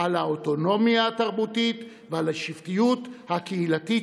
על האוטונומיה התרבותית ועל השבטיות הקהילתית,